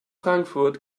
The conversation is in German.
frankfurt